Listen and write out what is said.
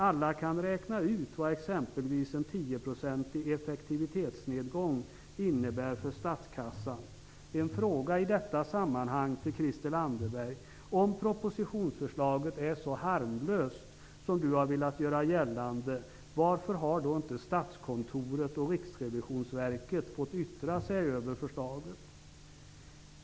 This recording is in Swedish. Alla kan räkna ut vad exempelvis en tioprocentig effektivitetsnedgång innebär för statskassan. Christel Anderberg. Varför har inte Statskontoret och Riksrevisionsverket fått yttra sig över propositionsförslaget om det är så harmlöst som Christel Anderberg har velat göra gällande?